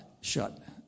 shut